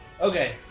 Okay